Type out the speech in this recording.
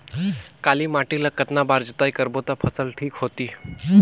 काली माटी ला कतना बार जुताई करबो ता फसल ठीक होती?